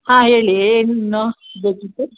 ಹಾಂ ಹೇಳಿ ಏನು ಬೇಕಿತ್ತು